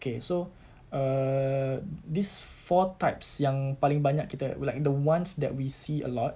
okay so err these four types yang paling banyak kita like the ones that we see a lot